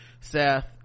seth